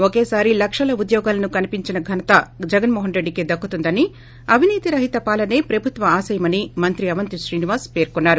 ఒకేసారి లక్షల ఉద్యోగాలను కల్పించిన ఘనత జగన్మోహన్ రెడ్డికే దక్కుతుందని అవినీతి రహిత పాలనే ప్రభుత్వ ఆశయమని మంత్రి అవంతి శ్రీనివాస్ పర్కొన్నారు